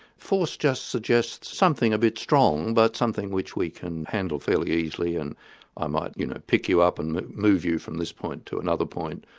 force just suggests something a bit strong, but something which we can handle fairly easily and i might you know pick you up and move you from this point to another point,